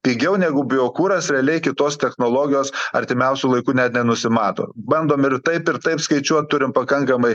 pigiau negu biokuras realiai kitos technologijos artimiausiu laiku net nenusimato bandom ir taip ir taip skaičiuot turim pakankamai